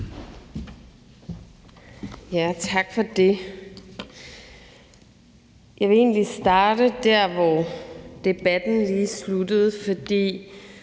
Tak for det. Jeg vil egentlig starte der, hvor debatten lige sluttede. Noget